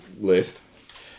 list